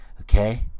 okay